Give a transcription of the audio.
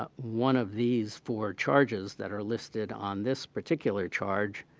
ah one of these four charges that are listed on this particular charge,